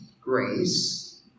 grace